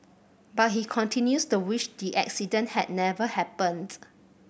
but he continues to wish the accident had never happens